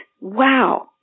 wow